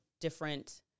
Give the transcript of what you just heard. different